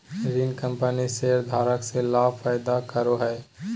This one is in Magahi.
ऋण कंपनी शेयरधारक ले लाभ पैदा करो हइ